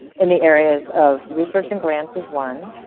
in the areas of research and grants is one,